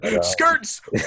skirts